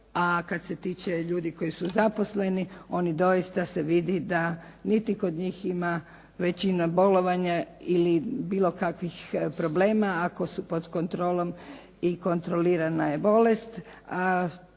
a kad se tiče ljudi koji su zaposleni, oni doista se vidi da niti kod njih ima većina bolovanja ili bilo kakvih problema ako su pod kontrolom i kontrolirana je bolest,